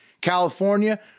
California